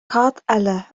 eile